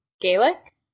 Gaelic